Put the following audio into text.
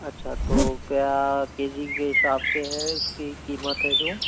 अच्छा तो क्या के जी के हिसाब से है उसकी कीमत है जो